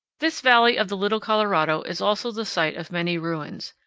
this valley of the little colorado is also the site of many ruins,